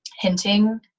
hinting